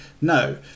no